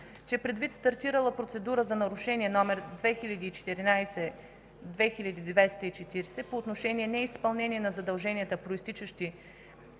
че предвид стартирала процедура за нарушение № 2014/2240 по отношение неизпълнение на задълженията, произтичащи